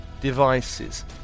devices